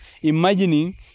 imagining